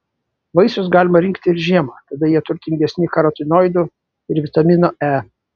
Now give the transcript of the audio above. vaisius galima rinkti ir žiemą tada jie turtingesni karotinoidų ir vitamino e